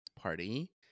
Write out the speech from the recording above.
party